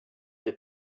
the